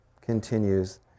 continues